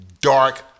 dark